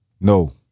No